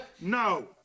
No